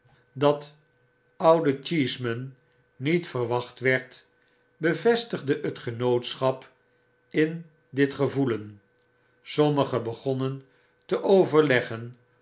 dat oude cheeseman niet verwacht werd bevestigde het genootschap in dit gevoelen sommigen begonnen te overleggen